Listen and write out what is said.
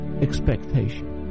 expectation